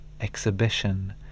exhibition